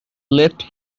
left